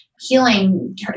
Healing